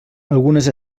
algunes